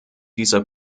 dieser